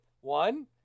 one